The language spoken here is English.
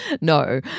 no